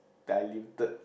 diluted